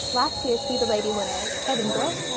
last year's he's a lady winner, kevin britt,